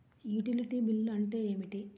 Utility bill అంటే ఏమిటి?